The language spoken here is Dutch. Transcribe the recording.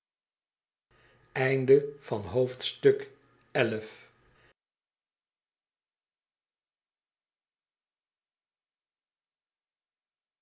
invloed van het